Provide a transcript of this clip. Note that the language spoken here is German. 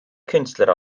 künstler